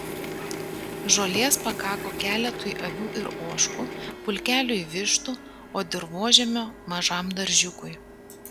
žolės pakako keletui avių ir ožkų pulkeliui vištų o dirvožemio mažam daržiukui